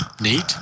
Neat